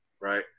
right